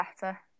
better